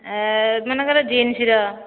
ମନେକର ଜିନ୍ସ ର